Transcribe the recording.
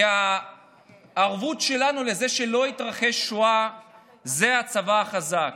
כי הערבות שלנו לזה שלא תתרחש שואה זה הצבא החזק,